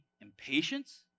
impatience